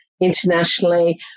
internationally